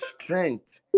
strength